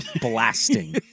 blasting